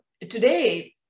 today